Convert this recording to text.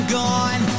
gone